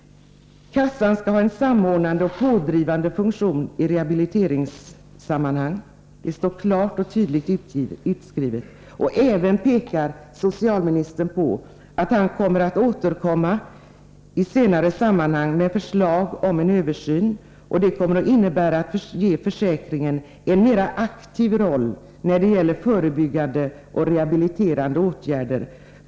Kassan skall ha en samordnande och pådrivande funktion i rehabiliteringssammanhang — det står klart och tydligt utskrivet. Socialministern pekar även på att han skall återkomma senare med förslag om en översyn för att ge försäkringen en mer aktiv roll när det gäller förebyggande och rehabiliterande åtgärder.